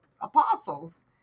apostles